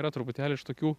yra truputėlį iš tokių